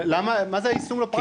מה זה היישום לא פרקטי?